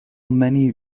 many